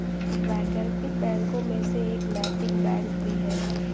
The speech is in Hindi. वैकल्पिक बैंकों में से एक नैतिक बैंक भी है